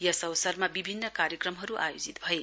यस अवसरमा विभिन्न ठाउँमा कार्यक्रमहरू आयोजित भए